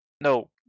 No